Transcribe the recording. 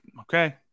okay